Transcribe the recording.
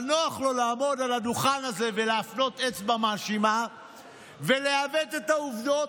אבל נוח לו לעמוד על הדוכן הזה ולהפנות אצבע מאשימה ולעוות את העובדות,